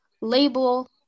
label